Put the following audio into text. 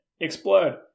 explode